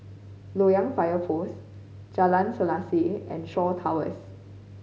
Loyang Fire Post Jalan Selaseh and Shaw Towers